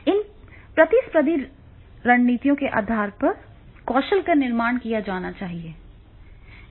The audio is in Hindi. इन प्रतिस्पर्धी रणनीतियों के आधार पर कौशल का निर्माण किया जाना है